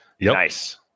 Nice